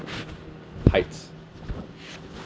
heights